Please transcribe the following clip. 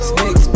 mix